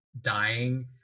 dying